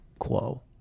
quo